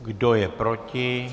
Kdo je proti?